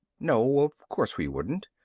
no. of course we wouldn't.